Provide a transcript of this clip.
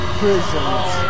prisons